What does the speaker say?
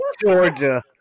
Georgia